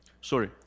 Sorry